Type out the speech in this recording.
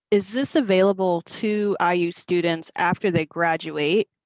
is this available to ah iu students after they graduate?